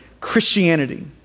Christianity